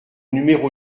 numéro